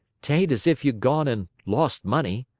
t ain't s if you'd gone and lost money.